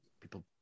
people